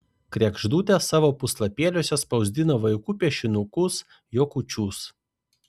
kregždutė savo puslapėliuose spausdina vaikų piešinukus juokučius